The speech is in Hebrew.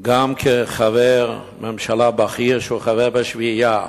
גם כחבר ממשלה בכיר שהוא חבר בשביעייה: